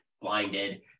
blinded